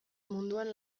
munduan